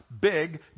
Big